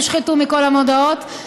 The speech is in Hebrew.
הושחתו מכל המודעות.